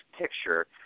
picture